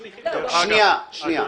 אדוני,